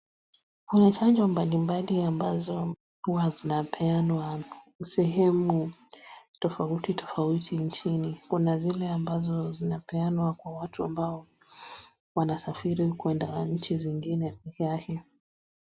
kuna chanjo mbalimbali ambazo huwa zinapeanwa sehemu tofautitofauti nchini. Kuna zile ambazo huwa zinapeanwa kwa watu ambao wanasafiri kwenda nchi zingine pekeyake.